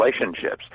relationships